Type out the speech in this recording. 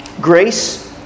Grace